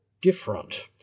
different